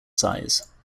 size